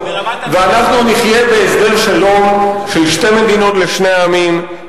ואנחנו נחיה בהסדר שלום של שתי מדינות לשני עמים,